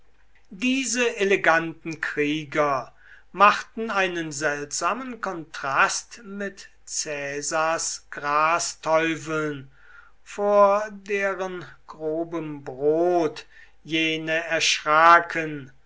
diese eleganten krieger machten einen seltsamen kontrast mit caesars grasteufeln vor deren grobem brot jene erschraken